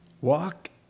Walk